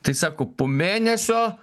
tai sako po mėnesio